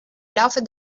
laufe